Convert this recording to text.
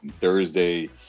Thursday